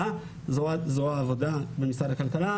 זרוע העבודה במשרד הכלכלה,